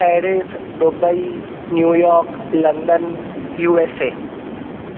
Paris Dubai New York London USA